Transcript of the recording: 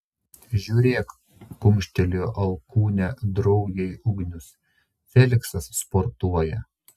žiūrėk kumštelėjo alkūne draugei ugnius feliksas sportuoja